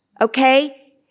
okay